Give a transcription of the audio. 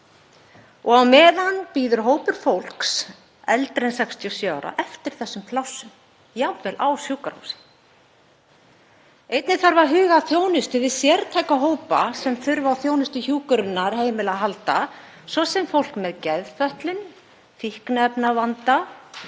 Á meðan bíður hópur fólks eldra en 67 ára eftir þessum plássum, jafnvel á sjúkrahúsi. Einnig þarf að huga að þjónustu við sértæka hópa sem þurfa á þjónustu hjúkrunarheimila að halda, svo sem fólk með geðfötlun, fíkniefnavanda